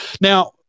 Now